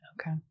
Okay